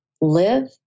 live